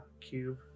cube